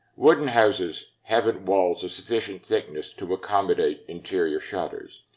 wooden houses haven't walls of sufficient thickness to accommodate interior shutters.